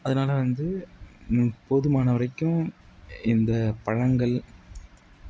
அதனால் வந்து போதுமான வரைக்கும் இந்த பழங்கள்